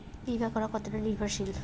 বীমা করা কতোটা নির্ভরশীল?